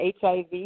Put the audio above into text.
HIV